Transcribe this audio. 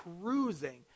cruising